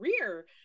career